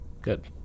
good